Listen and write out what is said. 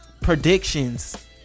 predictions